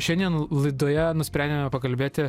šiandien laidoje nusprendėme pakalbėti